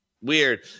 weird